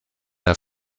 der